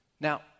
Now